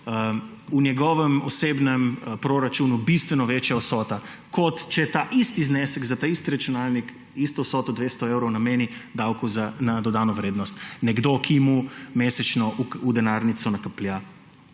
v njegovem osebnem proračunu bistveno večja vsota, kot če ta isti znesek za ta isti računalnik, isto vsoto 200 evrov nameni davku na dodano vrednost nekdo, ki mu mesečno v denarnico nakaplja,